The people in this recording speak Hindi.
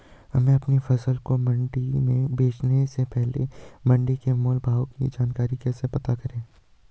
हमें अपनी फसल को मंडी में बेचने से पहले मंडी के मोल भाव की जानकारी कैसे पता करें?